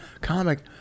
comic